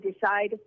decide